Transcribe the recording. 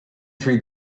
through